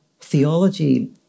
theology